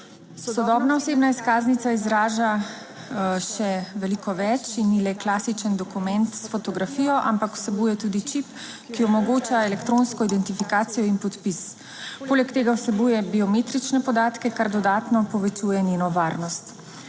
Sodobna osebna izkaznica izraža še veliko več in ni le klasičen dokument s fotografijo, ampak vsebuje tudi čip, ki omogoča elektronsko identifikacijo in podpis. Poleg tega vsebuje biometrične podatke, kar dodatno povečuje njeno varnost.